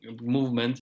movement